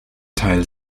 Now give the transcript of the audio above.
teil